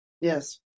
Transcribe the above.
Yes